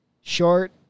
short